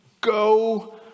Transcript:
go